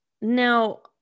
Now